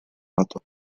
pato